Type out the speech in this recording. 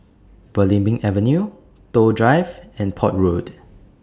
Belimbing Avenue Toh Drive and Port Road